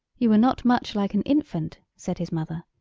you are not much like an infant, said his mother.